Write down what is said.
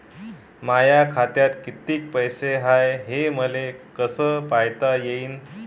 माया खात्यात कितीक पैसे हाय, हे मले कस पायता येईन?